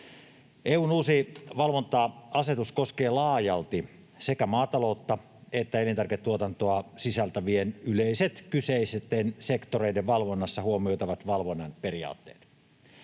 EU:n uusi valvonta-asetus koskee laajalti sekä maataloutta että elintarviketuotantoa sisältäen yleiset kyseisten sektoreiden valvonnassa huomioitavat valvonnan periaatteet.